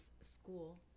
school